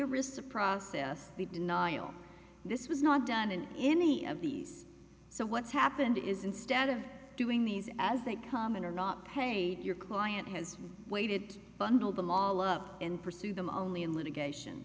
the denial this was not done in any of these so what's happened is instead of doing these as they come in or not pay your client has waited bundled them all up and pursue them only in litigation